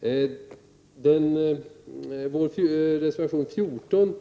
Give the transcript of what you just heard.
I fråga om vår reservation 14